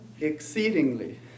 exceedingly